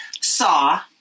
saw